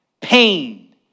pain